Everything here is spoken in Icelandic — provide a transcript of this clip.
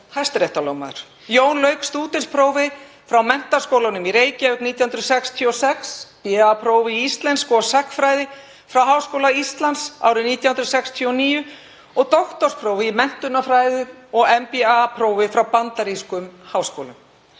hæstaréttarlögmaður. Jón lauk stúdentsprófi frá Menntaskólanum í Reykjavík 1966, B.A.-prófi í íslensku og sagnfræði frá Háskóla Íslands árið 1969 og doktorsprófi í menntunarfræðum og MBA-prófi frá bandarískum háskólum.